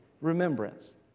Remembrance